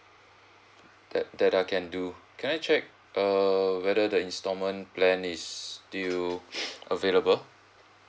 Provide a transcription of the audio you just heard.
that that I can do can I check err whether the installment plan is still available